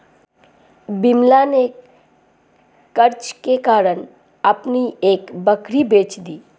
विमला ने कर्ज के कारण अपनी एक बकरी बेच दी